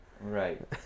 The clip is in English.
Right